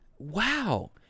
Wow